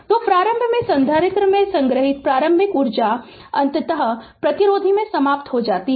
तो प्रारंभ में संधारित्र में संग्रहीत प्रारंभिक ऊर्जा अंततः प्रतिरोधी में समाप्त हो जाती है